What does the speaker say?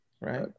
Right